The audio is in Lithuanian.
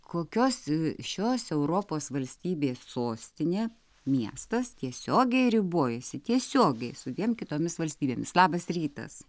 kokios šios europos valstybės sostinė miestas tiesiogiai ribojasi tiesiogiai su dviem kitomis valstybėmis labas rytas